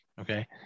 Okay